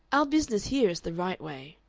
our business here is the right way.